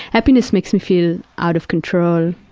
happiness makes me feel out of control,